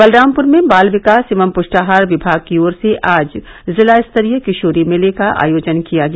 बलरामपुर में बाल विकास एवं पुष्टाहार विभाग की ओर से आज जिला स्तरीय किशोरी मेले का आयोजन किया गया